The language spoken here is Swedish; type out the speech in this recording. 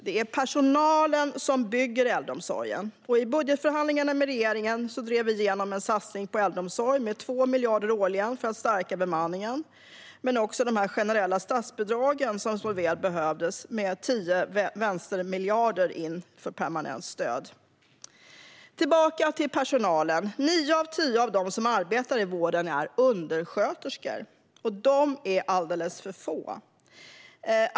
Det är personalen som bygger äldreomsorgen. I budgetförhandlingarna med regeringen drev vi igenom en satsning på 2 miljarder årligen på äldreomsorgen för att stärka bemanningen. Även de generella statsbidrag som så väl behövdes har ökat med 10 vänstermiljarder för ett permanent stöd. Jag ska återgå till personalen. Nio av tio av dem som arbetar i vården är undersköterskor. De är alldeles för få.